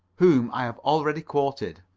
whom i have already quoted.